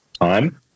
time